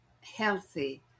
healthy